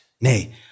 nay